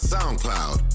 SoundCloud